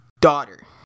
daughter